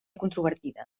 controvertida